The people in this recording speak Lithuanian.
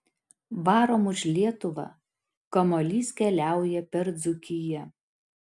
varom už lietuvą kamuolys keliauja per dzūkiją